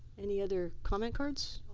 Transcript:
any other comment cards?